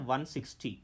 160